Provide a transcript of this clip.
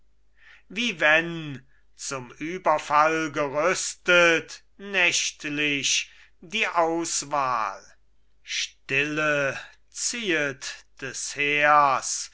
wie wenn zum überfall gerüstet nächtlich die auswahl stille ziehet des heers